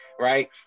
Right